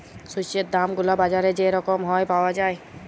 শস্যের দাম গুলা বাজারে যে রকম হ্যয় পাউয়া যায়